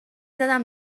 زدم